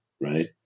right